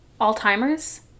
alzheimer's